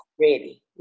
ready